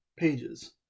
Pages